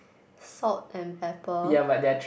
salt and pepper